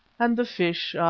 and the fish,